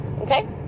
Okay